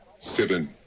seven